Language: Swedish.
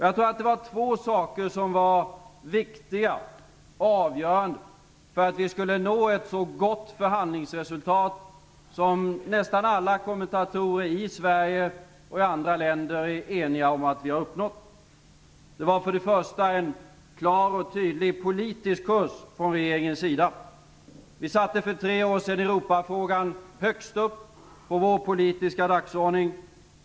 Jag tror att det var två saker som var viktiga och avgörande för att vi skulle nå ett så gott förhandlingsresultat som nästan alla kommentatorer i Sverige och i andra länder är eniga om att vi har uppnått. Det var för det första en klar och tydlig politisk kurs från regeringens sida. Vi satte för tre år sedan Europafrågan högst upp på vår politiska dagordning.